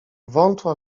wątła